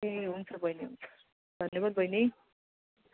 ए हुन्छ बहिनी हुन्छ धन्यवाद बहिनी